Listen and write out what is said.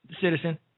citizen